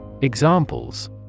Examples